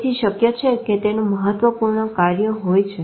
તેથી શક્ય છે કે તેનું મહત્વપૂર્ણ કાર્ય હોઈ છે